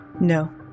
No